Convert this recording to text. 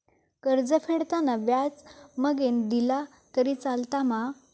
कर्ज फेडताना व्याज मगेन दिला तरी चलात मा?